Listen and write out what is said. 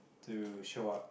to show up